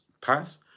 path